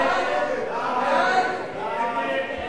ההצעה